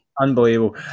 unbelievable